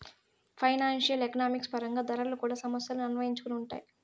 financial economics పరంగా ధరలు కూడా సమస్యలను అన్వయించుకొని ఉంటాయి